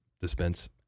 dispense